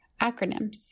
Acronyms